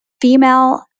female